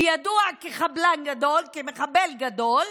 וידוע כחבלן גדול, כמחבל גדול,